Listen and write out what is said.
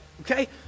okay